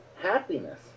happiness